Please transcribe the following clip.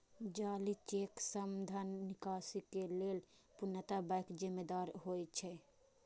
जाली चेक सं धन निकासी के लेल पूर्णतः बैंक जिम्मेदार होइ छै